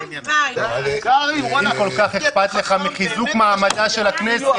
אם כל כך אכפת לך מחיזוק מעמדה של הכנסת,